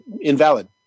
invalid